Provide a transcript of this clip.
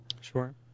sure